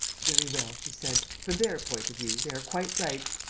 very well, he said, from their point of view, they are quite right.